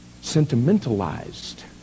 sentimentalized